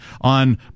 on